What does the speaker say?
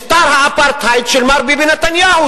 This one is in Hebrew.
משטר האפרטהייד של מר ביבי נתניהו,